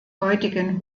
heutigen